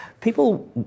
People